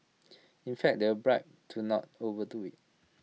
in fact they were bribe to not overdo IT